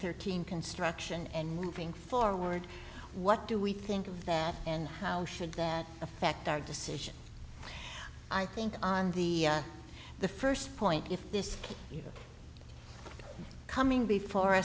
thirteen construction and moving forward what do we think of that and how should that affect our decision i think on the the first point if this coming before